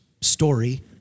story